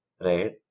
right